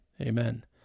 Amen